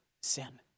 sin